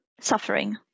suffering